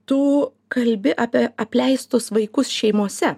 tu kalbi apie apleistus vaikus šeimose